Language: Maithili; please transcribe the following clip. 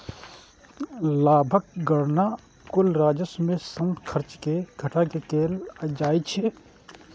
लाभक गणना कुल राजस्व मे सं खर्च कें घटा कें कैल जाइ छै